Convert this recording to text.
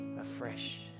afresh